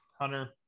Hunter